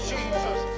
Jesus